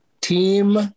team